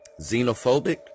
xenophobic